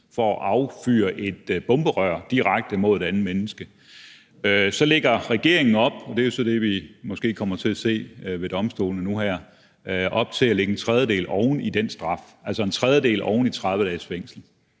for at affyre et bomberør direkte mod et andet menneske. Så lægger regeringen op til – og det er så det, vi måske kommer til at se ved domstolene nu her – at lægge en tredjedel oven i den straf, altså en tredjedel oven i 30 dages fængsel.